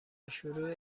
شروع